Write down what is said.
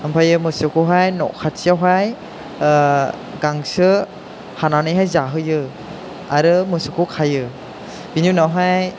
ओमफ्रायो मोसौखौहाय न' खाथियावहाय गांसो हानानैहाय जाहोयो आरो मोसौखौ खायो बिनि उनावहाय